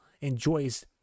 enjoys